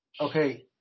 Okay